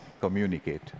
communicate